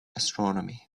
astronomy